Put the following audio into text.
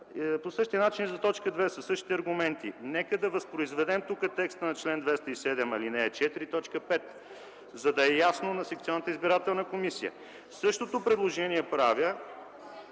комисия, за т. 2 - със същите аргументи. Нека да възпроизведем тук текстът на чл. 207, ал. 4, т. 5, за да е ясно на секционната избирателна комисия. Същото предложение правя